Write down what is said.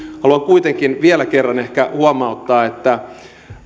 haluan kuitenkin vielä kerran ehkä huomauttaa että